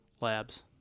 labs